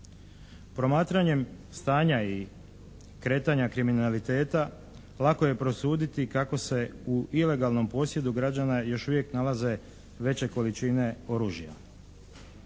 Promatranjem stanja i kretanja kriminaliteta lako je prosuditi kako se u ilegalnom posjedu građana još uvijek nalaze veće količine oružja.